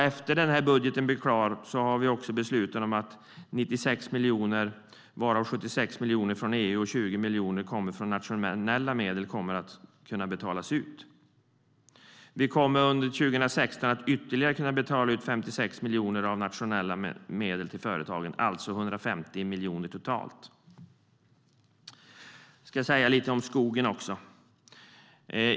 Efter att budgeten blev klar har vi också beslutat att 96 miljoner, varav 76 miljoner från EU och 20 miljoner från nationella medel, kommer att kunna betalas ut. Under 2016 kommer vi att betala ut ytterligare 56 miljoner av nationella medel till företagen. Det blir alltså 150 miljoner totalt. Jag ska säga något om skogen också.